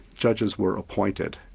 judges were appointed,